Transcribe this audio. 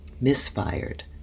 misfired